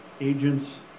agents